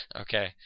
Okay